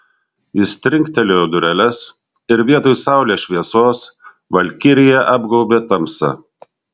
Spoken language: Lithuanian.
jis trinktelėjo dureles ir vietoj saulės šviesos valkiriją apgaubė tamsa